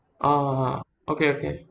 ah okay okay